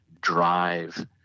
Drive